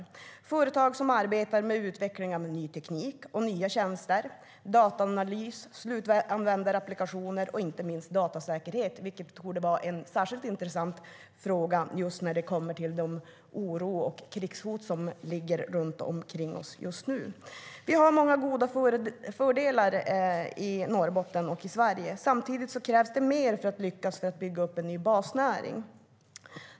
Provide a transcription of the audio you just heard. Det är företag som arbetar med utveckling av ny teknik och nya tjänster, dataanalys, slutanvändarapplikationer och inte minst datasäkerhet, vilket torde bara en särskilt intressant fråga med tanke på den oro och de krigshot som finns runt omkring oss just nu. Vi har många stora fördelar i Norrbotten och i Sverige. Samtidigt krävs det mer för att lyckas bygga upp en ny basnäring.